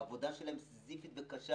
העבודה שלהן סיזיפית וקשה